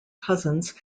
cousins